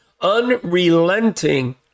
unrelenting